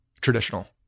traditional